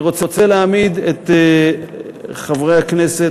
אני רוצה להעמיד את חברי הכנסת,